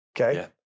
Okay